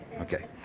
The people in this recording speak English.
Okay